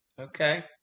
okay